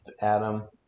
Adam